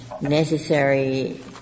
necessary